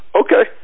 okay